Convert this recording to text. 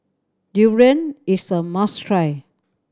durian is a must try